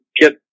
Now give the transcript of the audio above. get